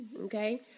okay